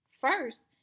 first